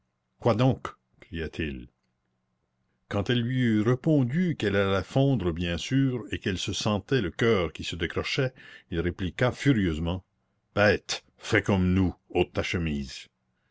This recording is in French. quoi donc cria-t-il quand elle lui eut répondu qu'elle allait fondre bien sûr et qu'elle se sentait le coeur qui se décrochait il répliqua furieusement bête fais comme nous ôte ta chemise